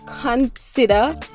consider